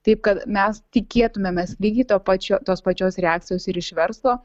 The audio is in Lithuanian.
taip kad mes tikėtumėmės lygiai to pačio tos pačios reakcijos ir iš verslo